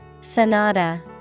Sonata